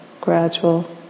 gradual